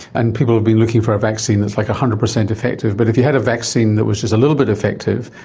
and people have been looking for a vaccine that's like one hundred percent effective, but if you had a vaccine that was just a little bit effective,